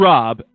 Rob